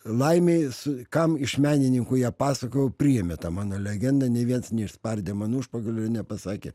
laimei su kam iš menininkų ją pasakojau priėmė tą mano legendą nė viens neišspardė mano užpakalio ir nepasakė